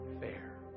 fair